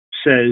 says